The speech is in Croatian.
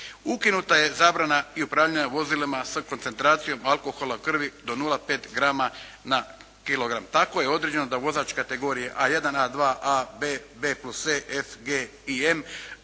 Ukinuta je zabrana i upravljanja vozilima sa koncentracijom alkohola u krvi do 0,5 g na kilogram. Tako je određeno da vozač kategorije A1, A2, A, B, B+E, F, G i M